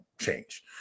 change